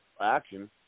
action